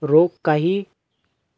रोग हा काही ठराविक हंगामात येतो का?